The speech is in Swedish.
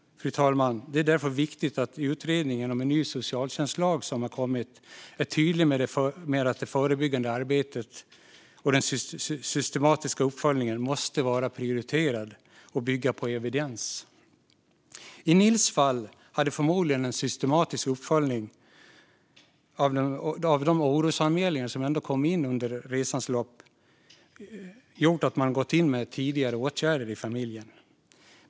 Fru talman! Det är därför viktigt att utredningen om en ny socialtjänstlag är tydlig med att det förebyggande arbetet och den systematiska uppföljningen måste vara prioriterat och bygga på evidens. I Nils fall hade förmodligen en systematisk uppföljning av de orosanmälningar som ändå kom in under resans lopp gjort att man gått in med tidigare åtgärder i familjen.